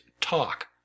talk